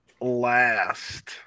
last